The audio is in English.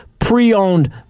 pre-owned